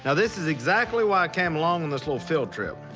and this is exactly why i came along on this little field trip.